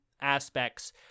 aspects